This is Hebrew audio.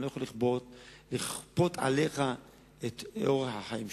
אני לא יכול לכפות עליך את אורח החיים שלך,